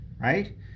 right